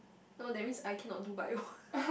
no that means I cannot do bio